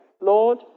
Lord